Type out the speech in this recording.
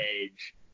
age